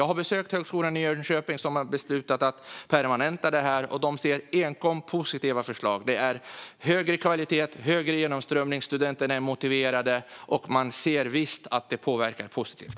Jag har besökt Högskolan i Jönköping, som har beslutat att permanenta detta. Där ser de enkom positiva effekter; det är högre kvalitet och högre genomströmning, och studenterna är motiverade. De ser alltså att det visst påverkar positivt.